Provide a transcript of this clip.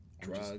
Drug